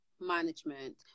management